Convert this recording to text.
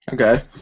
Okay